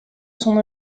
son